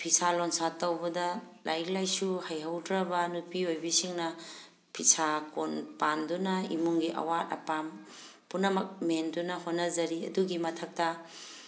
ꯐꯤꯁꯥ ꯂꯣꯟꯁꯥ ꯇꯧꯕꯗ ꯂꯥꯏꯔꯤꯛ ꯂꯥꯏꯁꯨ ꯍꯩꯍꯧꯗ꯭ꯔꯕ ꯅꯨꯄꯤ ꯑꯣꯏꯕꯤꯁꯤꯡꯅ ꯐꯤꯁꯥꯀꯣꯟ ꯄꯥꯟꯗꯨꯅ ꯏꯃꯨꯡꯒꯤ ꯑꯋꯥꯠ ꯑꯄꯥ ꯄꯨꯝꯅꯃꯛ ꯃꯦꯟꯗꯨꯅ ꯍꯣꯠꯅꯖꯔꯤ ꯑꯗꯨꯒꯤ ꯃꯊꯛꯇ